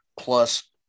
plus